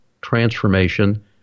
transformation